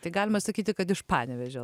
tai galima sakyti kad iš panevėžio